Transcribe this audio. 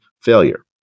failure